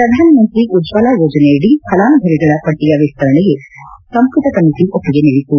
ಪ್ರಧಾನಮಂತ್ರಿ ಉಜ್ವಲಾ ಯೋಜನೆಯಡಿ ಫಲಾನುಭವಿಗಳ ಪಟ್ಟಿಯ ವಿಸ್ತರಣೆಗೆ ಸಂಪುಟ ಸಮಿತಿ ಒಪ್ಪಿಗೆ ನೀಡಿತು